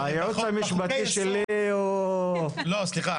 לא, סליחה.